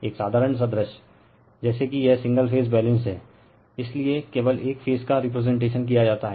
एक साधारण सा दृश्य जैसे कि यह सिंगल फेज बैलेंस्ड है इसलिए केवल एक फेज का रिप्रजेंटेशन किया जाता है